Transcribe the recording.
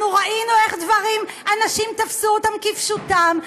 אנחנו ראינו איך אנשים תפסו אותן כפשוטן.